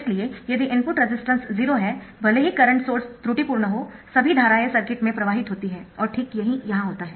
इसलिए यदि input resistance 0 है भले ही करंट सोर्स त्रुटिपूर्ण हो सभी धाराएं सर्किट में प्रवाहित होती है और ठीक यही यहां होता है